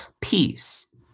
peace